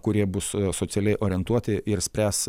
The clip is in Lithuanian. kurie bus socialiai orientuoti ir spręs